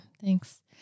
thanks